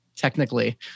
technically